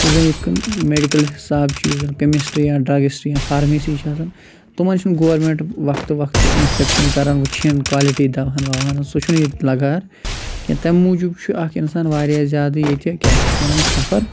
یُس زَنہٕ یِتھ کٕنۍ میٚڈِکٕل حِساب چھُ یُس زَن کٔمِسٹہٕ یا ڈرٛگسٹہٕ یا فارمیسی چھِ آسان تِمَن چھُنہٕ گورمیٚنٛٹ وقتہٕ وقتہٕ اِنَسپیٚکشَن کران وُچھہِ ہین کوالٹی دوٕہان وَوہان ہنٛز سُہ چھُنہٕ ییٚتہِ لَگہٕ ہار کیٚنٛہہ تَمہِ موجوٗب چھُ اَکھ اِنسان واریاہ زیادٕ ییٚتہِ کیٛاہ چھِ اَتھ وَنان سفر